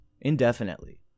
indefinitely